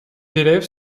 élèves